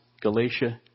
Galatia